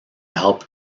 help